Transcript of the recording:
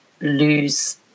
lose